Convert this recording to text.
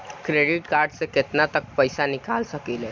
Credit card से केतना तक पइसा निकाल सकिले?